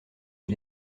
est